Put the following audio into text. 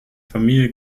familie